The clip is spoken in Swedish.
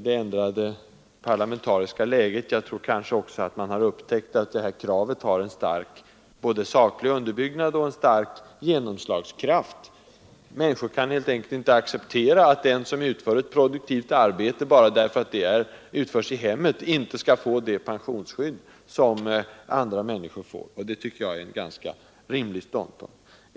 det ändrade parlamentariska läget utan att socialde mokraterna också har upptäckt att det här kravet har både stark saklig underbyggnad och stark genomslagskraft. Människor kan helt enkelt inte acceptera att den som utför ett produktivt arbete inte skall få det pensionsskydd som andra människor har'— bara för att arbetet utförs i hemmet.